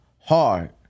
hard